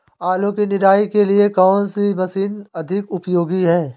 आलू की निराई के लिए कौन सी मशीन अधिक उपयोगी है?